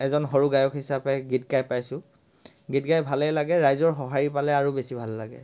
এজন সৰু গায়ক হিচাপে গীত গাই পাইছোঁ গীত গাই ভালেই লাগে ৰাইজৰ সহাঁৰি পালে আৰু বেছি ভাল লাগে